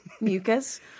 mucus